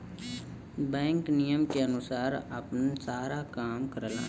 bank नियम के अनुसार आपन सारा काम करला